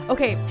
Okay